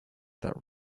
that